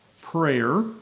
prayer